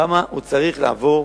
כמה הוא צריך לעבור